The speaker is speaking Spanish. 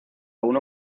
uno